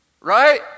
Right